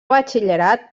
batxillerat